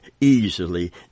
easily